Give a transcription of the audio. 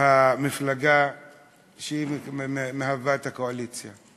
המפלגה שמהווה את האופוזיציה,